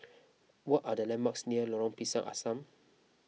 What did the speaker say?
what are the landmarks near Lorong Pisang Asam